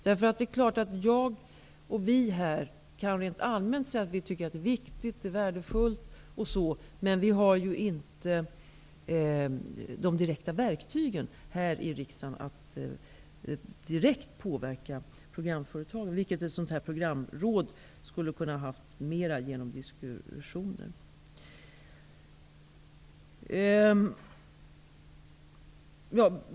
Vi här i riksdagen kan naturligtvis rent allmänt säga att vi tycker att detta är viktigt och värdefullt, men vi har inte de direkta verktygen för att direkt påverka programföretagen. Det skulle ett programråd kunnat ha genom diskussioner.